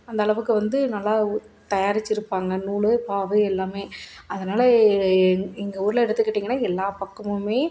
அந்தளவுக்கு வந்து நல்லா தயாரிச்சிருப்பாங்க நூல் பாவு எல்லாமே அதனால எ எங்கள் ஊர்ல எடுத்துக்கிட்டிங்கன்னா எல்லா பக்கமுமே